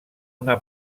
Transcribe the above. una